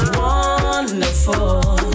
wonderful